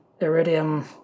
Iridium